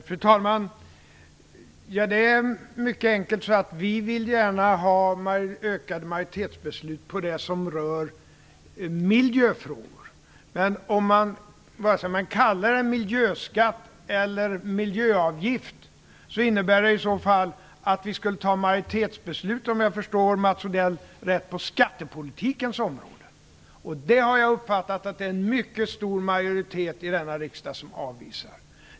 Fru talman! Vi vill gärna ha ökade majoritetsbeslut när det gäller miljöfrågor. Men vare sig man kallar det för miljöskatt eller för miljöavgift innebär detta, om jag förstår Mats Odell rätt, att vi skulle fatta majoritetsbeslut på skattepolitikens område. Detta har jag uppfattat att en mycket stor majoritet i denna riksdag avvisar.